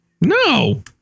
No